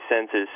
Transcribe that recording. senses